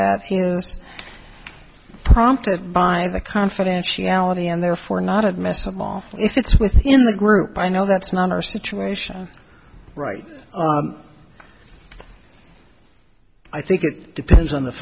was prompted by the confidentiality and therefore not admissible if it's within the group i know that's not our situation right i think it depends on the